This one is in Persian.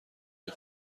این